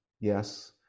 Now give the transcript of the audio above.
yes